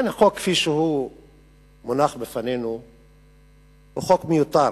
החוק כפי שהוא מונח לפנינו הוא חוק מיותר.